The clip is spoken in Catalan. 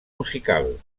musical